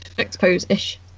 expose-ish